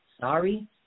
sorry